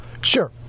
Sure